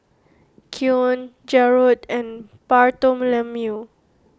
Keion Jarrod and Bartholomew